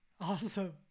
Awesome